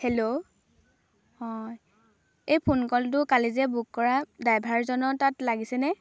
hello এই phone কলটো কালি যে বুক কৰা ড্ৰাইভাৰজনৰ তাত লাগিছেনে